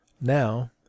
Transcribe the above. now